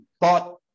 thought